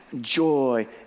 joy